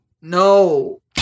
No